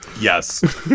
Yes